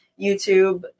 YouTube